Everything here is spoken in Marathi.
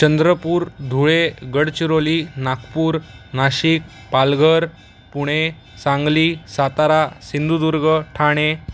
चंद्रपूर धुळे गडचिरोली नागपूर नाशिक पालघर पुणे सांगली सातारा सिंधुदुर्ग ठाणे